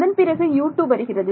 அதன்பிறகு U2 வருகிறது